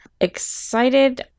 excited